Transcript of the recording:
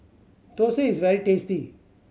thosai is very tasty